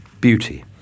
Beauty